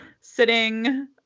sitting